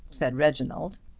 said reginald.